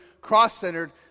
Cross-centered